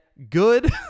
good